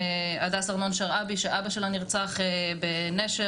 הדס ארנון שרעבי שאבא שלה נרצח בנשר,